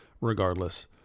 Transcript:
regardless